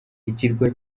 ikirwa